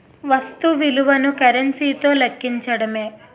వస్తు విలువను కరెన్సీ తో లెక్కించడమే